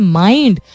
mind